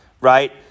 right